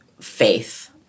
faith